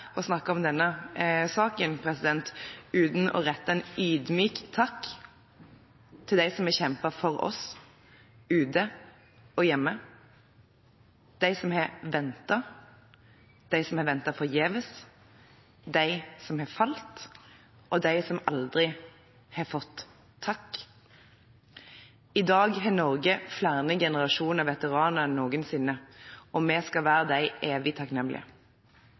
snakke om denne saken uten å rette en ydmyk takk til de som har kjempet for oss ute og hjemme, de som har ventet, de som har ventet forgjeves, de som har falt, og de som aldri har fått takk. I dag har Norge flere generasjoner veteraner enn noensinne, og vi skal være dem evig